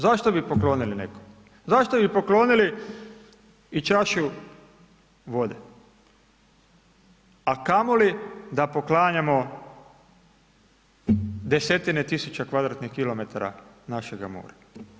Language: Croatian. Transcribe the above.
Zašto bi poklonili nekom, zašto bi poklonili i čašu vode, a kamoli da poklanjamo desetine tisuća kvadratnih kilometara našega mora?